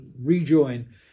rejoin